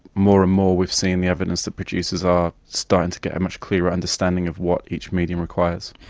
more and more we've seen the evidence that producers are starting to get a much clearer understanding of what each medium requires.